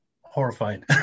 horrified